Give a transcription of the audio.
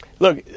Look